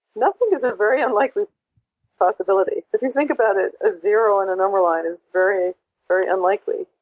nothing is a very unlikely possibility. if you think about it, a zero in a number line is very very unlikely.